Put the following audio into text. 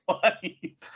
funny